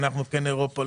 אנחנו כן אירופה,